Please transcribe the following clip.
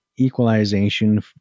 equalization